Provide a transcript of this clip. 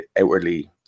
outwardly